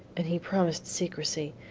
and he promised secrecy.